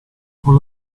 con